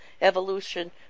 evolution